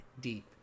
deep